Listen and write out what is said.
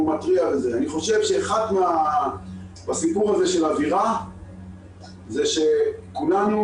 אני חושב שבסיפור הזה של אווירה חשוב שכולנו